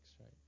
Right